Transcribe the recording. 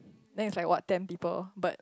then it's like what ten people but